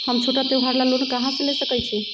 हम छोटा त्योहार ला लोन कहां से ले सकई छी?